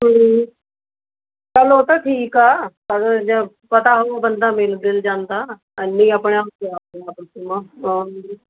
ਚੱਲ ਉਹ ਤਾਂ ਠੀਕ ਆ ਪਰ ਜੇ ਪਤਾ ਹੋਊ ਬੰਦਾ ਮਿਲ ਗਿਲ ਜਾਂਦਾ ਇੰਨੀ ਆਪਣੇ ਆਪ